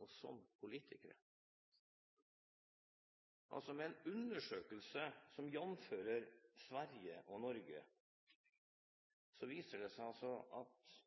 og som politikere. I en undersøkelse som jamfører Sverige og Norge, viser det seg at